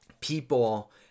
people